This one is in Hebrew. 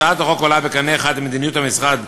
הצעת החוק עולה בקנה אחד עם מדיניות המשרד,